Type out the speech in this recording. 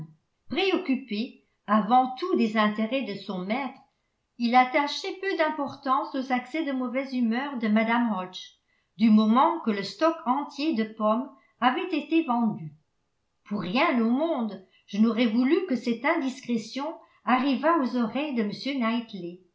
préoccupé avant tout des intérêts de son maître il attachait peu d'importance aux accès de mauvaise humeur de mme hodges du moment que le stock entier de pommes avait été vendu pour rien au monde je n'aurais voulu que cette indiscrétion arrivât aux oreilles de